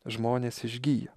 žmonės išgyja